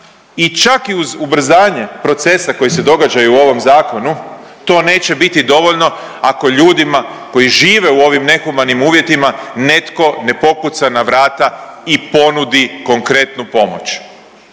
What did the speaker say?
i čak uz ubrzanje procesa koji se događaju u ovom zakonu to neće biti dovoljno ako ljudima koji žive u ovim nehumanim uvjetima netko ne pokuca na vrata i ponudi konkretnu pomoć